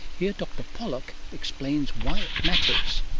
here dr pollak explains why it matters.